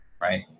right